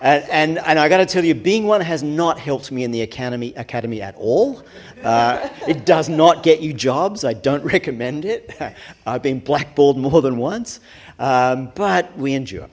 and i gotta tell you being one has not helped me in the academy academy at all it does not get you jobs i don't recommend it i've been blackballed more than once but we